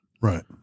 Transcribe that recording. right